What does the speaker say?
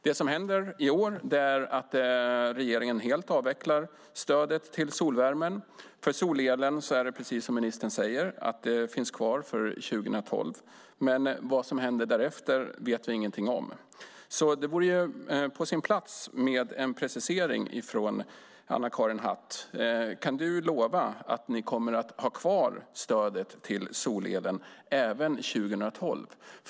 Det som händer i år är att regeringen helt avvecklar stödet till solvärmen. För solelen finns det kvar för 2012, precis som ministern säger. Vad som händer därefter vet vi ingenting om. Det vore på sin plats med en precisering, Anna-Karin Hatt: Kan du lova att ni kommer att ha kvar stödet till solelen även 2012?